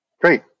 Great